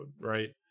right